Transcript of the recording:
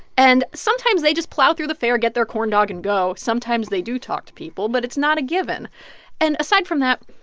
and, sometimes, they just plow through the fair, get their corn dog and go. sometimes they do talk to people, but it's not a given and aside from that,